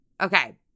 Okay